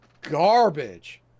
Garbage